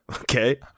Okay